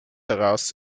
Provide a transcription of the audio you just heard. heraus